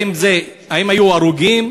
האם היו הרוגים?